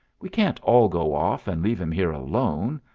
we can't all go off, and leave him here alone.